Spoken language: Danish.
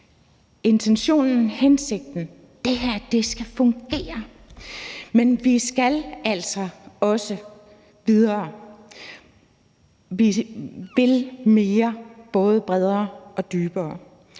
intentionen og hensigten: Det her skal fungere. Men vi skal altså også videre. Vi vil mere, både bredere og dybere.